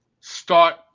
start